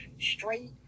straight